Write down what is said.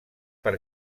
per